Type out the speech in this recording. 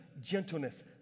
gentleness